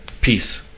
Peace